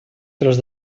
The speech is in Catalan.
tros